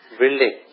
building